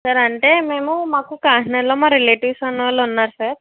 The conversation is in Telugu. సార్ అంటే మేము మాకు కాకినాడలో మా రిలేటివ్స్ అన్న వాళ్ళు ఉన్నారు సార్